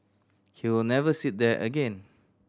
he will never sit there again